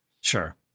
Sure